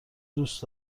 دوست